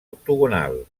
octogonal